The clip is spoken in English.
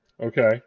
okay